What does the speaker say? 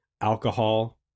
alcohol